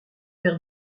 verre